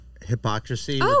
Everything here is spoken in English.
hypocrisy